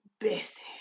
Bessie